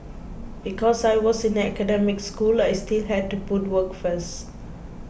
because I was in an academic school I still had to put work first